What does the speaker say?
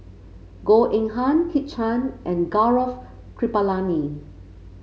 Goh Eng Han Kit Chan and Gaurav Kripalani